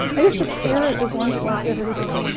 i used to stare at this lunch box every day,